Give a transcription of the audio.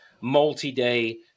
multi-day